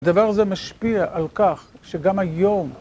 הדבר הזה משפיע על כך שגם היום...